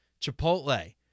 Chipotle